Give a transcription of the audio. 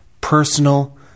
personal